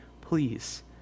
please